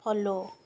follow